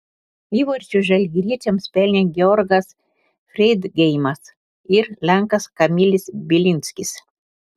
įvarčius žalgiriečiams pelnė georgas freidgeimas ir lenkas kamilis bilinskis